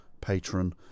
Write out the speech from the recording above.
patron